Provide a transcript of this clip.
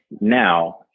now